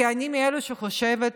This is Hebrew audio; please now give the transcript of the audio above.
כי אני מאלו שחושבים